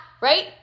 Right